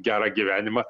gerą gyvenimą